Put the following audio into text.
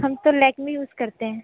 हम तो लैक्मे यूज़ करते हैं